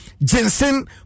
Jensen